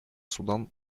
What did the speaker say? судан